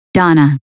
Donna